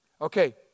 Okay